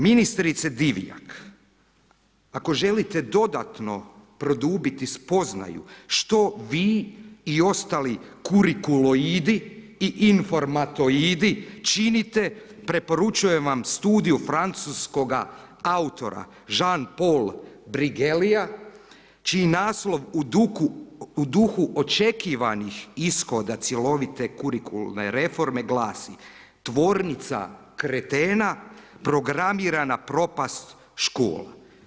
Ministrice Divjak, ako želite dodatno produbiti spoznaju što vi i ostali kurikuloidi i informatoidi činite, preporučujem vam studiju francuskoga autora Jean Paul Brigelija čiji naslov u duhu očekivanih ishoda cjelovite kurikularne reforme glasi: tvornica kretena programirana propast škola.